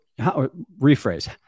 rephrase